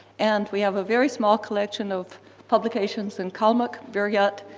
and we have a very small collection of publications in kalmyk, buryat,